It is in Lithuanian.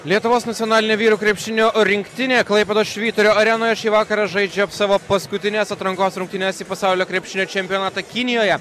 lietuvos nacionalinė vyrų krepšinio rinktinė klaipėdos švyturio arenoje šį vakarą žaidžia savo paskutines atrankos rungtynes į pasaulio krepšinio čempionatą kinijoje